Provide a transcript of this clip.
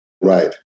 Right